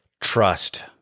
Trust